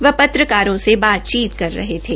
वह पत्रकारों से बातचीत कर रहे थे